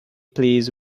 please